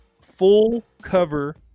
full-cover